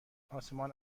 آسمان